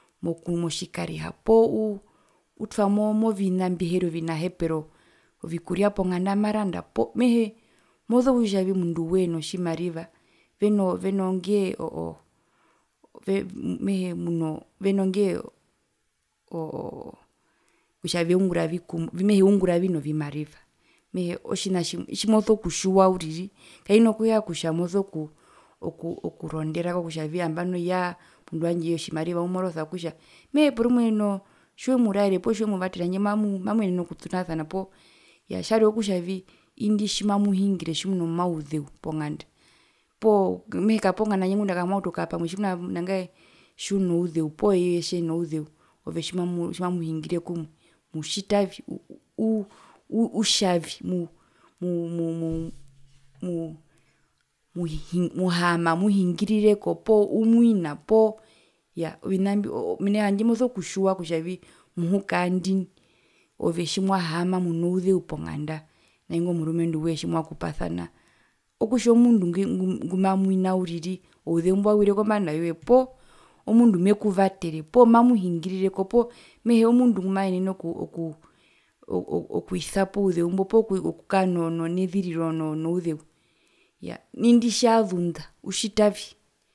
Moku poo motjikariha poo utwa movina mbiheri ovinahepero, ovikuria ponganda maranda po mehee moso kutjiwa kutjavi omunduwee notjimariva venoo veno venongee o o o mehee veno mehee kutja veunguravi kumwe mehee unguravi novimariva mhe otjina tjimoso kutjiwa uriri kaina kuheya kutja moso kuronderako kutja nambano marire kutja yaa omundu wandje otjimariva umorosa okutja mehee porumwe no no tjimwemuraere poo tjiwemuvatere hanjde mamuu mamuyenene okutunasana poo iya tjarwe okutjavii indi tjimamuhingire tjimuno mauzeu ponganda poo mehee kaponganda handje ngunda kamwauta okukara pamwe tjimuna nangae tjiunouzeu poo eye tjenouzeu ove tjimamu tjimamuhingire kumwe mutjitavi uu uu utjavi mu mu mu mu mu muhi muhaama amuhingirireko poo umwina poo iya ovinambi mena kutja tjandje moso kutjiwa kutjavii muhukaandini ove tjimwahaama munouzeu ponganda naingo murumenduwee tjimwakupasana okutja omundu nge ngumamwina uriri ouzeu mbo auwire kombanda yoye poo mundu mekuvatere poo mamuhingirireko poo mehee omundu ngumaenene oku okuu oku oku oku okwisapo ouzeumbo poo kukaa neziriro nouzeu, iyaa nu indi tjazunda utjitavi?